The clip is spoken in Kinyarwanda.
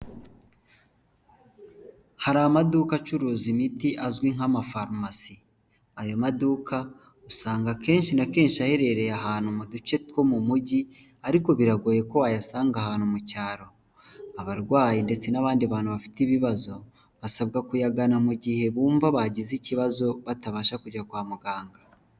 Hari amaduka acuruza imiti azwi nk'amafarumasi. Ayo maduka usanga akenshi na kenshi aherereye ahantu mu duce two mu mujyi, ariko biragoye ko wayasanga ahantu mu cyaro. Abarwayi ndetse n'abandi bantu bafite ibibazo, basabwa kuyagana mu gihe bumva bagize ikibazo, batabasha kujya kwa muganga.